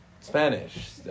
Spanish